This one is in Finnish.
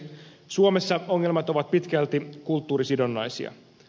suomessa ongelmat ovat pitkälti kulttuurisidonnaisia